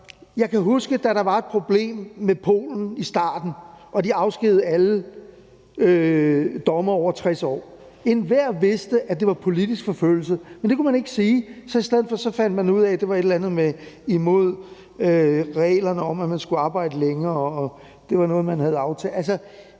jeg kan huske, da der var et problem med Polen i starten og de afskedigede alle dommere over 60 år. Enhver vidste, at det var politisk forfølgelse, men det kunne man ikke sige, så i stedet for fandt man ud af, at det var et eller andet med, at det var imod reglerne om, at man skulle arbejde længere, og at det var noget, man havde aftalt.